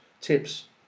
tips